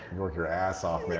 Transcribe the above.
you work your ass off, man.